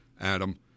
Adam